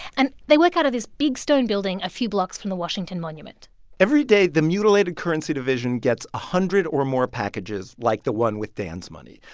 and they work out of this big stone building a few blocks from the washington monument every day, the mutilated currency division gets a hundred or more packages like the one with dan's money.